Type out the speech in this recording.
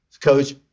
Coach